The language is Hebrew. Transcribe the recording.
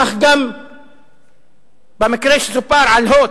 כך גם במקרה שסופר על "הוט".